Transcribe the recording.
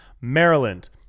Maryland